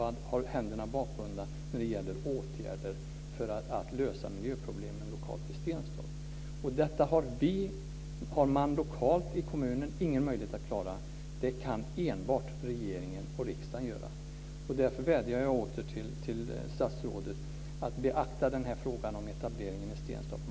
Man kommer att ha händer bakbundna när det gäller åtgärder för att lösa miljöproblemen lokalt i Stenstorp. Detta har man lokalt i kommunen ingen möjlighet att klara. Det kan enbart regeringen och riksdagen göra. Därför vädjar jag åter till statsrådet att beakta den här frågan om etableringen i Stenstorp.